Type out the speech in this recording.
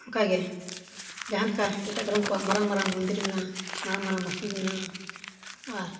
ᱚᱱᱠᱟᱜᱮ ᱡᱟᱦᱟᱸ ᱞᱮᱠᱟ ᱮᱴᱟᱜ ᱫᱷᱚᱨᱚᱢ ᱟᱠᱚᱣᱟᱜ ᱢᱟᱨᱟᱝ ᱢᱟᱨᱟᱝ ᱢᱚᱱᱫᱤᱨ ᱢᱮᱱᱟᱜᱼᱟ ᱢᱟᱨᱟᱝ ᱢᱟᱨᱟᱝ ᱢᱚᱥᱡᱤᱫ ᱢᱮᱱᱟᱜᱼᱟ ᱟᱨ